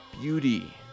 beauty